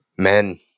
Men